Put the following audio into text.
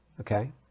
Okay